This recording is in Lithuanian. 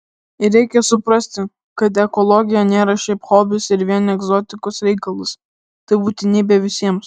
ir reikia suprasti kad ekologija nėra šiaip hobis ir vien egzotikos reikalas tai būtinybė visiems